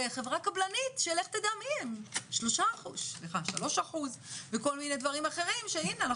חברה קבלנית שלך תדע מי היא שלוש אחוז וכל מיני דברים אחרים והנה,